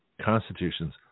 constitutions